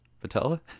Patella